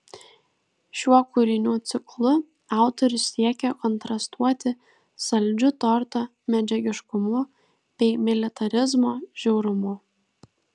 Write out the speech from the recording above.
šiuo kūrinių ciklu autorius siekė kontrastuoti saldžiu torto medžiagiškumu bei militarizmo žiaurumu